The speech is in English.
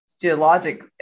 geologic